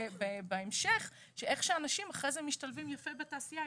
בהמשך אנחנו רואים איך אנשים משתלבים יפה בתעשייה.